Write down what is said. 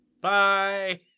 Bye